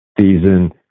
season